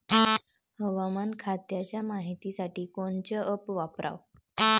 हवामान खात्याच्या मायतीसाठी कोनचं ॲप वापराव?